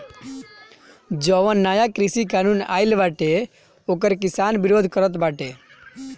जवन नया कृषि कानून आइल बाटे ओकर किसान विरोध करत बाटे